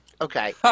Okay